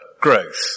growth